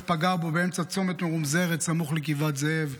פגע בו באמצע צומת מרומזר סמוך לגבעת זאב,